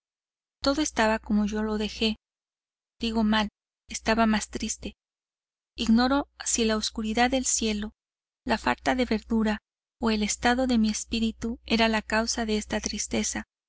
todo estaba como yo lo dejé digo mal estaba más triste ignoro si la oscuridad del cielo la falta de verdura o el estado de mi espíritu era la causa de esta tristeza